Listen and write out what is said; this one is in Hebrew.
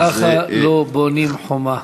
ככה לא בונים חומה.